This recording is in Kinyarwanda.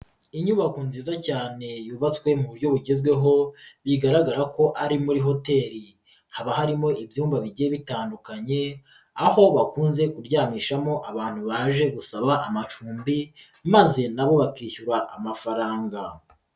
Inyubako nziza cyane yubatswe mu buryo bugezweho bigaragara ko ari muri hoteli, haba harimo ibyumba bigiye bitandukanye aho bakunze kuryamishamo abantu baje gusaba amacumbi maze na bo bakishyura amafaranga.